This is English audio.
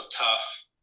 tough